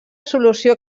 solució